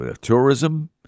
tourism